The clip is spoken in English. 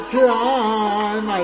time